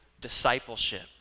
discipleship